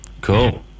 Cool